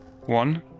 One